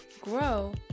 grow